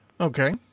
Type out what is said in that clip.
Okay